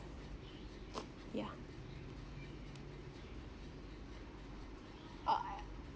yeah uh I